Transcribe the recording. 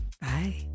Bye